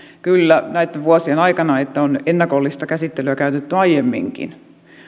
kyllä että näitten vuosien aikana on ennakollista käsittelyä käytetty aiemminkin